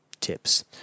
tips